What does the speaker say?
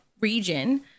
region